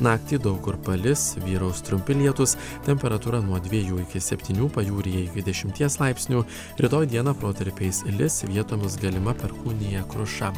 naktį daug kur palis vyraus trumpi lietūs temperatūra nuo dviejų iki septynių pajūryje dvidešimties laipsnių rytoj dieną protarpiais lis vietomis galima perkūnija kruša